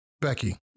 Becky